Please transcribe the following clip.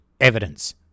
evidence